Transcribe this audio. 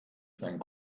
seinen